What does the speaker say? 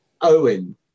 Owen